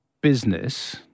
business